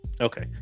Okay